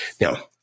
Now